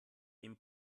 den